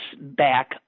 back